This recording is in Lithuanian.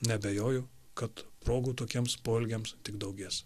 neabejoju kad progų tokiems poelgiams tik daugės